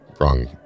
wrong